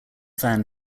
fan